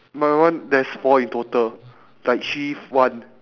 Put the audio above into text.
my one there's four in total like shift one